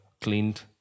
cleaned